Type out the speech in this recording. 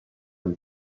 when